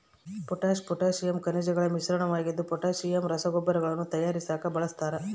potash potassium ಖನಿಜಗಳ ಮಿಶ್ರಣವಾಗಿದ್ದು potassium ರಸಗೊಬ್ಬರಗಳನ್ನು ತಯಾರಿಸಾಕ ಬಳಸ್ತಾರ